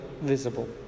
visible